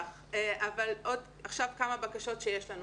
עכשיו, עוד כמה בקשות שיש לנו.